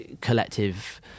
collective